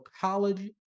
college